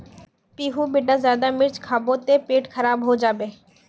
पीहू बेटा ज्यादा मिर्च खाबो ते पेट खराब हों जाबे